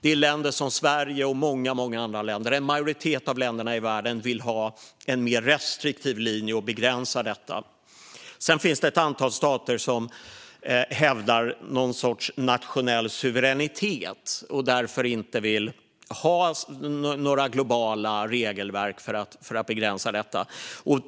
Det är länder som Sverige och många andra länder - en majoritet av länderna i världen - som vill ha en mer restriktiv linje och begränsa detta. Sedan finns det ett antal stater som hävdar någon sorts nationell suveränitet och därför inte vill ha några globala regelverk för att begränsa detta.